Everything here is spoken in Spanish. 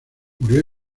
murió